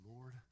Lord